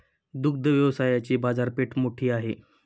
दुग्ध व्यवसायाची बाजारपेठ मोठी आहे